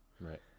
Right